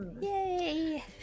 Yay